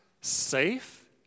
safe